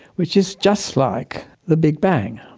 which is just like the big bang.